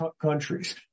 countries